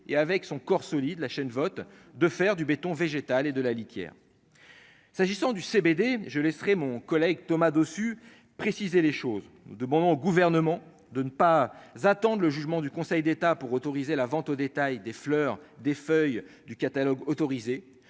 et avec son corps solide, la chaîne vote de faire du béton végétale et de la litière s'agissant du CBD je laisserai mon collègue, Thomas Dossus, préciser les choses, nous demandons au gouvernement de ne pas attendre le jugement du Conseil d'État pour autoriser la vente au détail des fleurs, des feuilles du catalogue autorisée